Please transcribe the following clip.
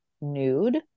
nude